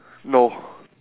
no